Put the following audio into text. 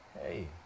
Hey